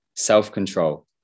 self-control